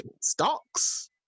Stocks